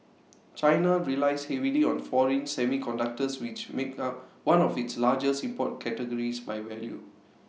China relies heavily on foreign semiconductors which make up one of its largest import categories by value